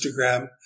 Instagram